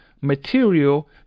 material